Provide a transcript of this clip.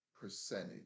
percentage